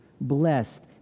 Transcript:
blessed